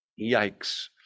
Yikes